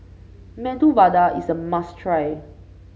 Medu Vada is a must try